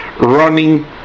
running